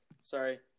Sorry